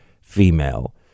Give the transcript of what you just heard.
female